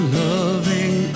loving